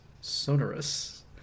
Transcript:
sonorous